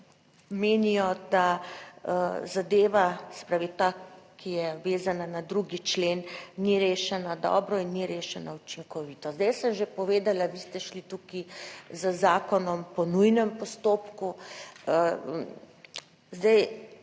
menijo, da zadeva, se pravi ta, ki je vezana na drugi člen, ni rešena dobro in ni rešena učinkovito. Zdaj sem že povedala, vi ste šli tukaj z zakonom po nujnem postopku.